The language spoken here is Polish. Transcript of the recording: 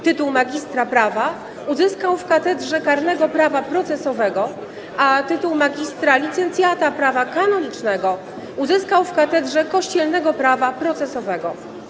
Tytuł magistra prawa uzyskał w Katedrze Karnego Prawa Procesowego, a tytuł magistra-licencjata prawa kanonicznego - w Katedrze Kościelnego Prawa Procesowego.